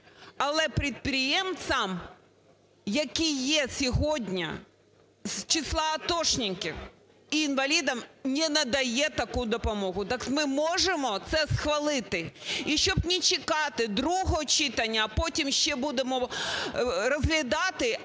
але підприємцям, які є сьогодні з числаатошників, і інвалідам не надає таку допомогу. Так ми можемо це схвалити? І щоб не чекати другого читання, а потім ще будемо розглядати,